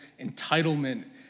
entitlement